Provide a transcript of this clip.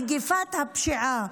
מגפת הפשיעה.